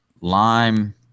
lime